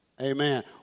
Amen